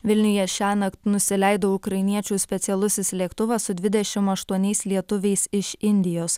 vilniuje šiąnakt nusileido ukrainiečių specialusis lėktuvas su dvidešimt aštuoniais lietuviais iš indijos